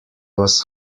was